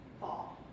fall